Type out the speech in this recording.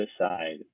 aside